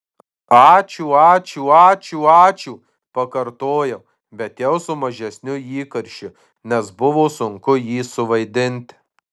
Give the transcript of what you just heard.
ačiū ačiū ačiū ačiū pakartojau bet jau su mažesniu įkarščiu nes buvo sunku jį suvaidinti